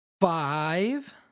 Five